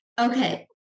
Okay